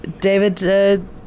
David